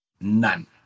None